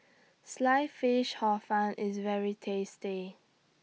Sliced Fish Hor Fun IS very tasty